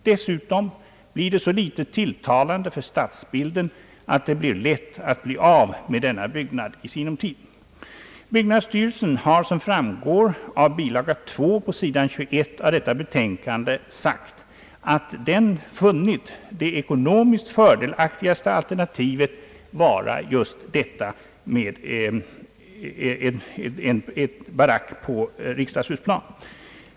Dessutom blir det så litet tilltalande för stadsbilden att det blir lätt att göra sig av med i sinom tid. Byggnadsstyrelsen har, som framgår av bilaga 2, s. 21 i detta betänkande, sagt att den funnit det ekonomiskt fördelaktigaste alternativet vara just detta med en barack på riksdagshusplanen.